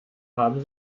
haben